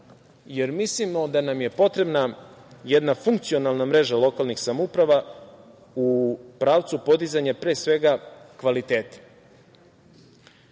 jer mislimo da nam je potrebna jedna funkcionalna mreža lokalnih samouprava u pravcu podizanja pre svega kvaliteta,